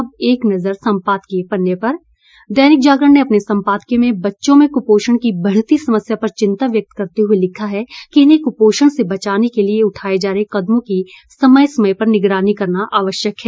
अब एक नज़र सम्पादकीय पन्ने पर दैनिक जागरण ने अपने सम्पादकीय में बच्चों में कुपोषण की बढ़ती समस्या पर चिंता व्यक्त करते हुए लिखा है कि इन्हें कुपोषण से बचाने के लिये उठाए जा रहे कदमों की समय समय पर निगरानी करना आवश्यक है